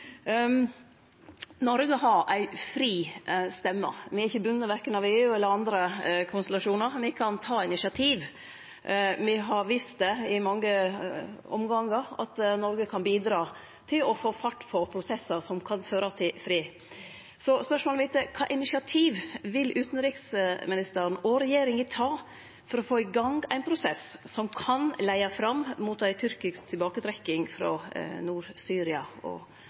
Noreg har ei fri stemme. Me er ikkje bundne korkje av EU eller andre konstellasjonar. Me kan ta initiativ. Me har vist i mange omgangar at Noreg kan bidra til å få fart på prosessar som kan føre til fred. Så spørsmålet mitt er: Kva initiativ vil utanriksministeren og regjeringa ta for å få i gang ein prosess som kan leie fram mot ei tyrkisk tilbaketrekking frå Nord-Syria og